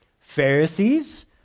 Pharisees